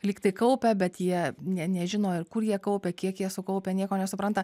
lyg tai kaupia bet jie ne nežino kur jie kaupia kiek jie sukaupę nieko nesupranta